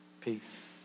peace